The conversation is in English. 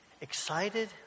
excited